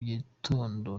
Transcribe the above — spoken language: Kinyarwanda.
gitondo